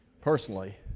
personally